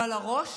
אבל הראש,